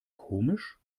komisch